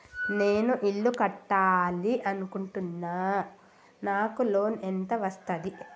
నేను ఇల్లు కట్టాలి అనుకుంటున్నా? నాకు లోన్ ఎంత వస్తది?